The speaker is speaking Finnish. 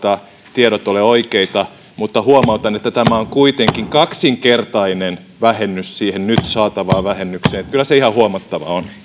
tiedot ole oikeita mutta huomautan että tämä on kuitenkin kaksinkertainen vähennys siihen nyt saatavaan vähennykseen nähden kyllä se ihan huomattava on